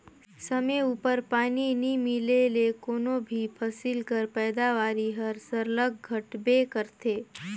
समे उपर पानी नी मिले ले कोनो भी फसिल कर पएदावारी हर सरलग घटबे करथे